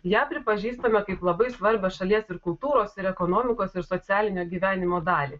ją pripažįstame kaip labai svarbią šalies ir kultūros ir ekonomikos ir socialinio gyvenimo dalį